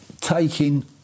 taking